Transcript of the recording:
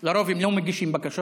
לרוב הם לא מגישים בקשות,